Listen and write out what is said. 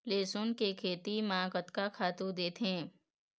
लेसुन के खेती म का खातू देथे?